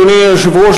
אדוני היושב-ראש,